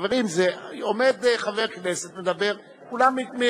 חבר הכנסת חנא סוייד, בבקשה,